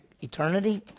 eternity